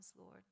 Lord